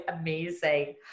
amazing